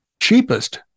cheapest